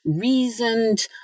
reasoned